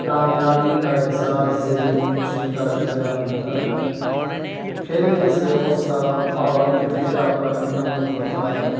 کامیابی کا احساس ذہنی خوشی کا ذریعہ بنتا ہے کھیلنے سے غصہ اور چڑچڑاپن کم ہوتا ہے